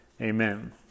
Amen